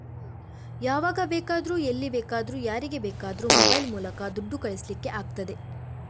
ಯಾವಾಗ ಬೇಕಾದ್ರೂ ಎಲ್ಲಿ ಬೇಕಾದ್ರೂ ಯಾರಿಗೆ ಬೇಕಾದ್ರೂ ಮೊಬೈಲ್ ಮೂಲಕ ದುಡ್ಡು ಕಳಿಸ್ಲಿಕ್ಕೆ ಆಗ್ತದೆ